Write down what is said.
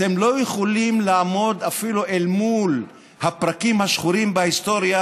אתם לא יכולים לעמוד אפילו אל מול הפרקים השחורים בהיסטוריה,